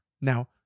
Now